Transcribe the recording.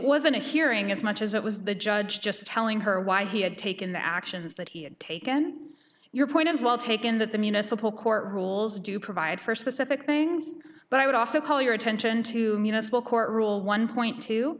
wasn't a hearing as much as it was the judge just telling her why he had taken the actions that he had taken your point is well taken that the municipal court rules do provide for specific things but i would also call your attention to municipal court rule one point two